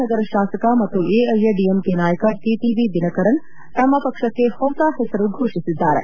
ನಗರ ಶಾಸಕ ಮತ್ತು ಎಐಎಡಿಎಂಕೆ ನಾಯಕ ಟಿಟವಿ ದಿನಕರನ್ ತಮ್ಮ ಪಕ್ಷಕ್ಕೆ ಹೊಸ ಹೆಸರನ್ನು ಘೋಷಿಸಿದ್ದಾರೆ